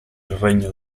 regno